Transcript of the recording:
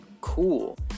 cool